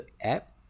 app